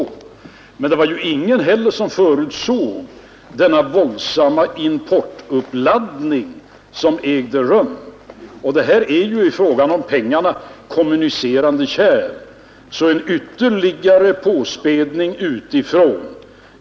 Men det var heller ingen som förutsåg den våldsamma importuppladdning som ägde rum. Detta är i fråga om pengarna kommunicerande kärl.